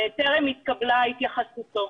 וטרם התקבלה התייחסותו.